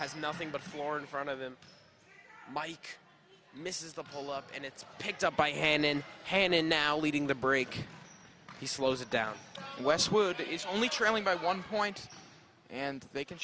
has nothing but floor in front of him mike misses the pull up and it's picked up by hand in hand and now leading the break he slows it down westwood is only trailing by one point and they can